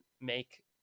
make